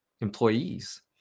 employees